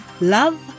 Love